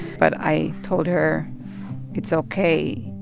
but i told her it's ok.